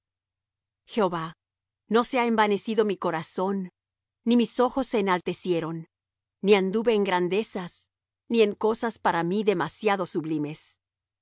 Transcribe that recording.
jehova no se ha envanecido mi corazón ni mis ojos se enaltecieron ni anduve en grandezas ni en cosas para mí demasiado sublimes